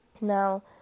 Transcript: Now